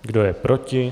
Kdo je proti?